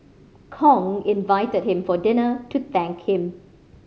Kong invited him for dinner to thank him